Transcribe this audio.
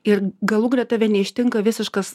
ir galų gale tave neištinka visiškas